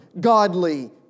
godly